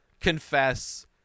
confess